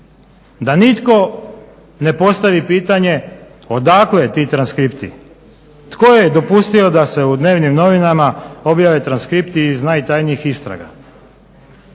da nitko ne postavi pitanje odakle ti transkripti. Tko je dopustio da se u dnevnim novinama objave transkripti iz najtanjih istraga?